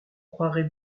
croirait